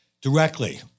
Directly